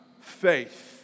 faith